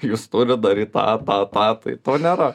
jūs turit daryt tą tą tą tai to nėra